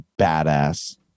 badass